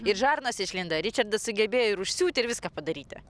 ir žarnos išlindo ričardas sugebėjo ir užsiūt ir viską padaryti